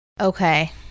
Okay